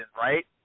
right